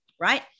Right